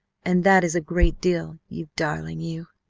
and that is a great deal, you darling, you!